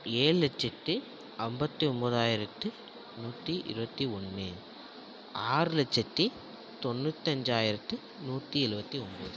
ஏழு லட்சத்தி ஐம்பத்து ஒன்போதாயிரத்து நூற்றி இருபத்தி ஒன்று ஆறு லட்சத்தி தொண்ணூத்தஞ்சாயிரத்து நூற்றி எழுபத்தி ஒன்போது